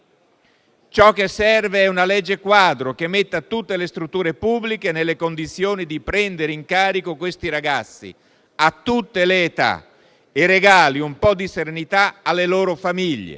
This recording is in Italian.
Ciò che serve è una legge quadro che metta tutte le strutture pubbliche nelle condizioni di prendere in carico questi ragazzi, a tutte le età, e regali un po' di serenità alle loro famiglie.